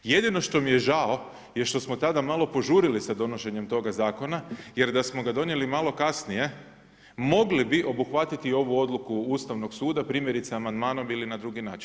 Jedino što mi je žao je što smo tada malo požurili sa donošenjem toga Zakona jer da smo ga donijeli malo kasnije, mogli bi obuhvatiti ovu Odluku Ustavnog suda, primjerice amandmanom ili na drugi način.